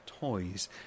toys